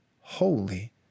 holy